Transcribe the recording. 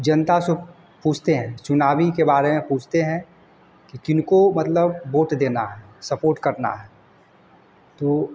जनता से वो पूछते हैं चुनाव ही के बारे में पूछते हैं कि किनको मतलब वोट देना है सपोट करना है तो